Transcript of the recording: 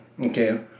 okay